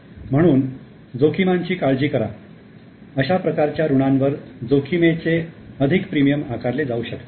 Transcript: म्हणून जोखीमानची काळजी करा अशा प्रकारच्या ऋणांवर जोखीमेचे अधिक प्रीमियम आकारले जाऊ शकते